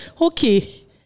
okay